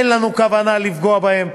אין לנו כוונה לפגוע בהם.